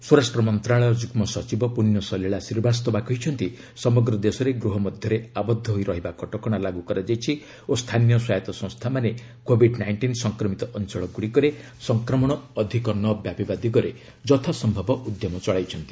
ସ୍ୱରାଷ୍ଟ୍ର ମନ୍ତ୍ରଣାଳୟ ଯୁଗ୍ମ ସଚିବ ପୁଣ୍ୟ ଶଲୀଳା ଶ୍ରୀବାସ୍ତବା କହିଛନ୍ତି ସମଗ୍ର ଦେଶରେ ଗୃହ ମଧ୍ୟରେ ଆବଦ୍ଧ ହୋଇ ରହିବା କଟକଣା ଲାଗୁ କରାଯାଇଛି ଓ ସ୍ଥାନୀୟ ସ୍ୱାୟତ ସଂସ୍ଥାମାନେ କୋଭିଡ୍ ନାଇଷ୍ଟିନ୍ ସଂକ୍ରମିତ ଅଞ୍ଚଳଗୁଡ଼ିକରେ ସଂକ୍ରମଣ ଅଧିକ ନ ବ୍ୟାପିବା ଦିଗରେ ଯଥା ସମ୍ଭବ ଉଦ୍ୟମ ଚଳାଇଛନ୍ତି